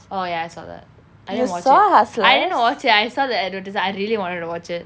oh ya I saw that I didn't watch it I didn't watch it I saw the advertisement I really wanted to watch it